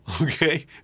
okay